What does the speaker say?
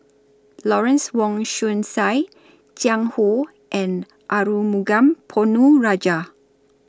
Lawrence Wong Shyun Tsai Jiang Hu and Arumugam Ponnu Rajah